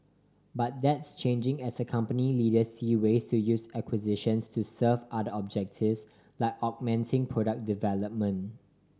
but that's changing as a company leader see ways to use acquisitions to serve other objectives like augmenting product development